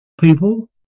people